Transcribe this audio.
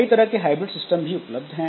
कई तरह के हाइब्रिड सिस्टम भी उपलब्ध हैं